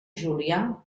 julià